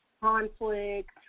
conflict